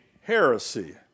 heresy